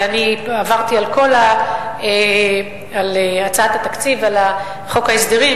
ואני עברתי על הצעת התקציב ועל חוק ההסדרים,